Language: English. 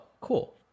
cool